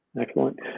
Excellent